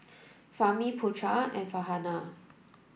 Fahmi Putra and Farhanah